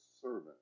servant